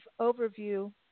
overview